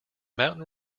mountain